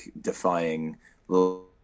defying